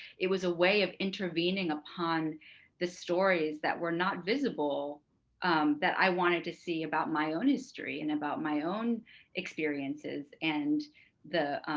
it was a way of intervening upon the stories that were not visible that i wanted to see about my own history and about my own experiences and you